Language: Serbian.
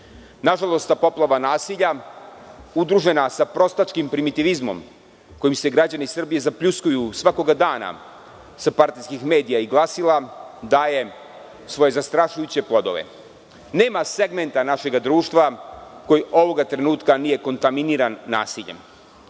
ta poplava nasilja udružena sa prostačkim primitivizmom kojim se građani Srbije zapljuskuju svakog dana sa partijskih medija i glasila daje svoje zastrašujuće plodove. Nema segmenta našeg društva koji ovog trenutka nije kontaminiran nasiljem.